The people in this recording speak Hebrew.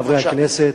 חבר הכנסת,